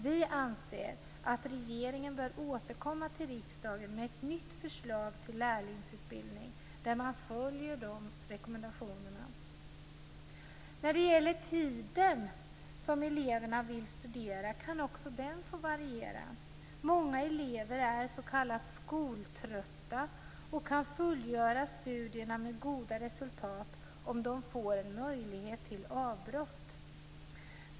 Vi anser att regeringen bör återkomma till riksdagen med ett nytt förslag till lärlingsutbildning, där man följer de rekommendationerna. Tiden som eleverna vill studera kan också få variera. Många elever är s.k. skoltrötta och kan fullgöra studierna med goda resultat om de får möjlighet till avbrott.